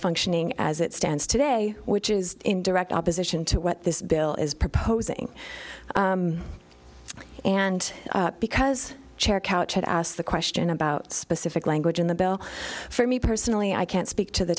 functioning as it stands today which is in direct opposition to what this bill is proposing and because chair couch had asked the question about specific language in the bill for me personally i can't speak to the